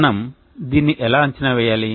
మనము దీన్ని ఎలా అంచనా వేయాలి